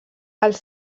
els